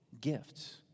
gifts